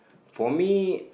for me